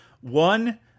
One